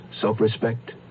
Self-respect